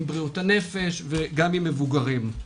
עם בריאות הנפש וגם עם מבוגרים,